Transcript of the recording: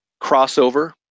crossover